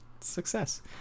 success